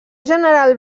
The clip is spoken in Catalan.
general